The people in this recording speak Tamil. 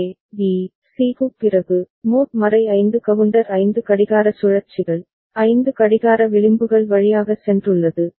A B C க்குப் பிறகு மோட் 5 கவுண்டர் 5 கடிகார சுழற்சிகள் 5 கடிகார விளிம்புகள் வழியாக சென்றுள்ளது